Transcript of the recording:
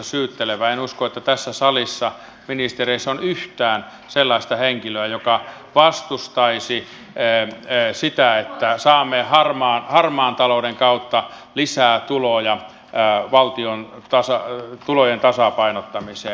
en usko että tässä salissa ministereissä on yhtään sellaista henkilöä joka vastustaisi sitä että saamme harmaan talouden kautta lisää tuloja valtion tulojen tasapainottamiseen